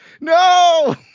no